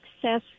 success